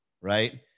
right